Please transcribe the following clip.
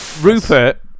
Rupert